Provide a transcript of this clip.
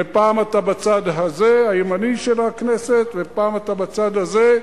ופעם אתה בצד הזה הימני של הכנסת ופעם אתה בצד הזה,